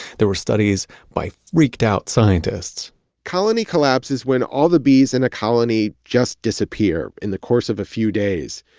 there were studies by freaked out scientists colony collapses when all the bees in a colony just disappear in the course of a few days.